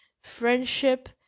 friendship